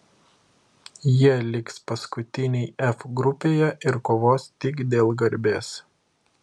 jie liks paskutiniai f grupėje ir kovos tik dėl garbės